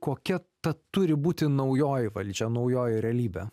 kokia ta turi būti naujoji valdžia naujoji realybė